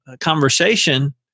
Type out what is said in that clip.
conversation